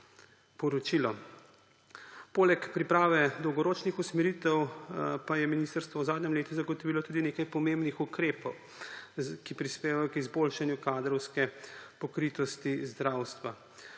poročilo. Poleg priprave dolgoročnih usmeritev pa je ministrstvo v zadnjem letu zagotovilo tudi nekaj pomembnih ukrepov, ki prispevajo k izboljšanju kadrovske pokritosti zdravstva.